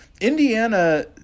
Indiana